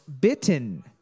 Bitten